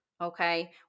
Okay